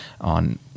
on